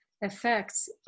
effects